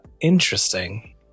interesting